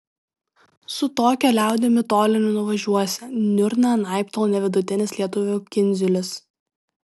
su tokia liaudimi toli nenuvažiuosi niurna anaiptol ne vidutinis lietuvių kindziulis